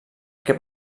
què